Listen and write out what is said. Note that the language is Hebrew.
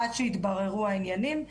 עד שיתבררו בעניינים.